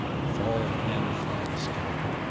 fall of matter from the sky,